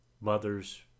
mothers